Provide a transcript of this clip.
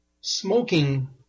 smoking